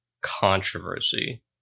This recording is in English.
controversy